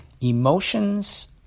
emotions